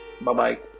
Bye-bye